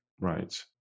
Right